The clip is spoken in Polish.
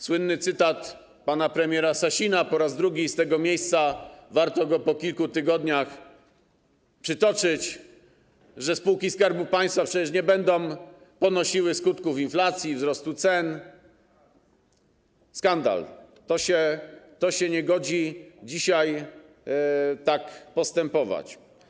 Słynny cytat pana premiera Sasina - po raz drugi z tego miejsca warto go po kilku tygodniach przytoczyć - spółki Skarbu Państwa przecież nie będą ponosiły skutków inflacji, wzrostu cen. Skandal, nie godzi się dzisiaj tak postępować.